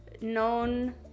known